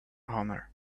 honor